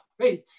faith